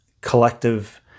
collective